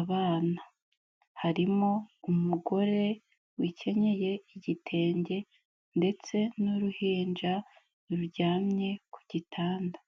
abana. Harimo umugore wikenyeye igitenge ndetse n'uruhinja ruryamye ku gitanda.